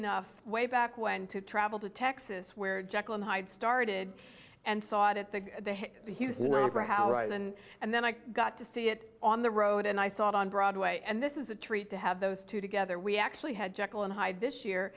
enough way back when to travel to texas where jekyll and hyde started and saw it at the houston regret house and and then i got to see it on the road and i saw it on broadway and this is a treat to have those two together we actually had jekyll and hyde this year